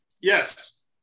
yes